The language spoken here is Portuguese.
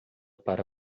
para